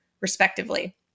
respectively